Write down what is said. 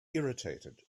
irritated